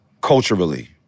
culturally